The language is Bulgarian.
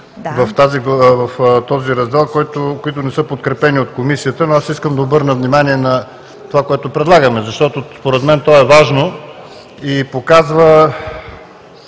в този раздел, които не са подкрепени от Комисията. Искам да обърна внимание на това, което предлагаме, защото според мен то е важно и показва